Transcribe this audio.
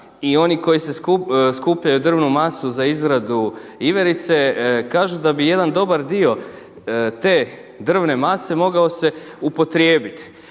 i oni koji skupljaju drvnu masu za izradu iverice, kažu da bi jedan dobar dio te drvne mase mogao se upotrijebiti.